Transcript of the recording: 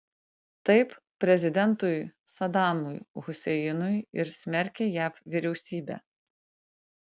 taip prezidentui sadamui huseinui ir smerkė jav vyriausybę